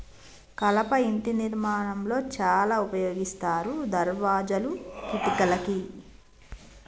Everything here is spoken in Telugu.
కలప ఇంటి నిర్మాణం లో చాల ఉపయోగిస్తారు దర్వాజాలు, కిటికలకి